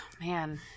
man